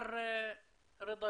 מר רדא